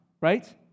right